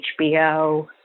HBO